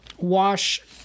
wash